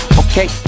okay